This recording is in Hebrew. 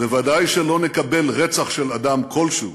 וודאי שלא נקבל רצח של אדם כלשהו